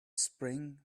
spring